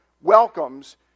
welcomes